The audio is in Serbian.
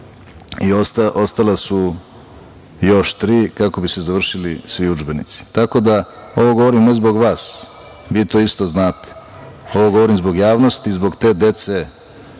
ostala su još tri kako bi se završili svi udžbenici. Tako da ovo govorim, ne zbog vas, vi to isto znate, ovo govorim zbog javnosti, zbog te dece